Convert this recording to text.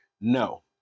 No